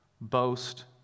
boast